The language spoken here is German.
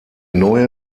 neue